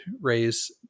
raise